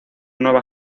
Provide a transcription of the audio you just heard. nueva